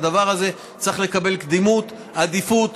הדבר הזה צריך לקבל קדימות, עדיפות.